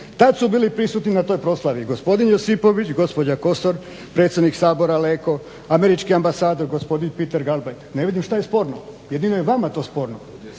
Tad su bili prisutni na toj proslavi gospodin Josipović, gospođa Kosor, predsjednik Sabora Leko, američki ambasador gospodin Peter …, ne vidim šta je sporno. Jedino je vama to sporno.